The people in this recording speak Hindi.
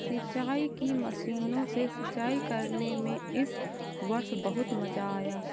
सिंचाई की मशीनों से सिंचाई करने में इस वर्ष बहुत मजा आया